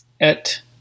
Et